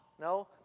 No